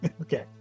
Okay